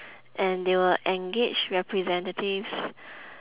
and they will engage representatives